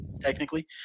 technically